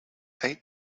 eight